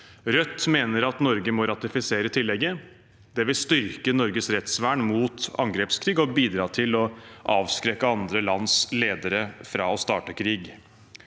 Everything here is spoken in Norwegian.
Rødt mener at Norge må ratifisere tillegget. Det vil styrke Norges rettsvern mot angrepskrig og bidra til å avskrekke andre lands ledere fra å starte krig.